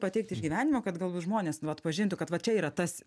pateikti iš gyvenimo kad galbūt žmonės atpažintų kad va čia yra tas